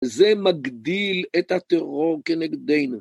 זה מגדיל את הטרור כנגדנו.